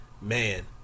man